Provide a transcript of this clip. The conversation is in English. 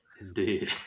Indeed